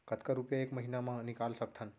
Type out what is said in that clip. कतका रुपिया एक महीना म निकाल सकथन?